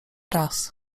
raz